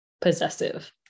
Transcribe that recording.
possessive